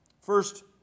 First